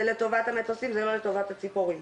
זה לטובת המטוסים ולא לטובת הציפורים.